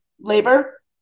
labor